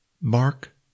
Mark